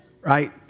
right